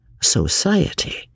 society